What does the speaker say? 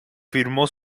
firmó